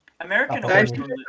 American